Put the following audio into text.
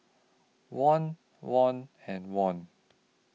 Won Won and Won